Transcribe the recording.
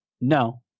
No